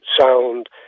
sound